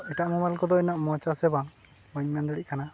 ᱮᱴᱟᱜ ᱢᱳᱵᱟᱭᱤᱞ ᱠᱚᱫᱚ ᱤᱱᱟᱹᱜ ᱢᱚᱡᱽ ᱟᱥᱮ ᱵᱟᱝ ᱵᱟᱹᱧ ᱢᱮᱱ ᱫᱟᱲᱮᱭᱟᱜ ᱠᱟᱱᱟ